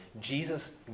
Jesus